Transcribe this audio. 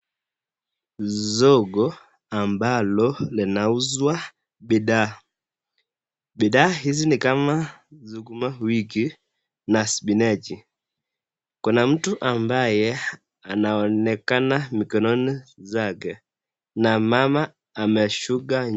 Soko ambalo linauzwa bidhaa. Bidhaa hizi ni kama sukuma wiki na spinachi. Kuna mtu ambaye anaonekana mikononi zake na mama ameshuka.